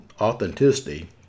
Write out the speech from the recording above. authenticity